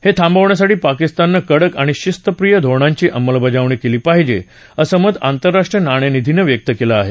हे थांबवण्यासाठी पाकिस्ताननं कडक आणि शिस्तप्रीय धोरणांची अंमलबजावणी केली पाहिजे असं मत आंतरराष्ट्रीय नाणे निधीनं व्यक्त केली आहे